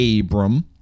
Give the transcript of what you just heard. Abram